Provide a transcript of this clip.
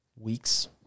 weeks